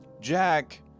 Jack